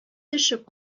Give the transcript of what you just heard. төшеп